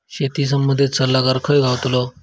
शेती संबंधित सल्लागार खय गावतलो?